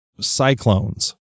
cyclones